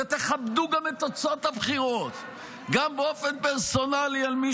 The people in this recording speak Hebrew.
ותכבדו את תוצאות הבחירות גם באופן פרסונלי על מי